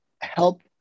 help